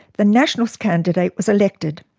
the nationals candidate was elected.